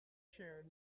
shared